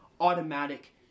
automatic